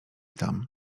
tam